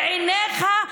בעיניך,